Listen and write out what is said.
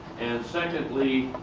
and secondly,